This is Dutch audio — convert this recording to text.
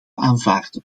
aanvaarden